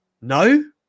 No